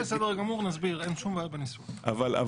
לא, הניסוח גם בסדר גמור, אין שום בעיות בניסוח.